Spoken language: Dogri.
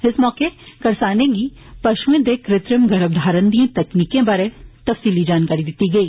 इस मौके करसानें गी पषुएं दे कृत्रिम गर्भधारण दिए तकनीकें बारै तफ्सीली जानकारी दित्ती गेई